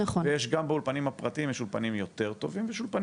גם באולפנים הפרטיים יש אולפנים יותר טובים ויש אולפנים